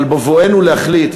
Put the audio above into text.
אבל בבואנו להחליט,